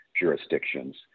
jurisdictions